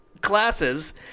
classes